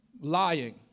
Lying